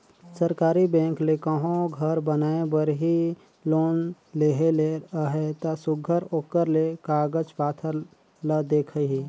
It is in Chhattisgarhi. सरकारी बेंक ले कहों घर बनाए बर ही लोन लेहे ले अहे ता सुग्घर ओकर ले कागज पाथर ल देखही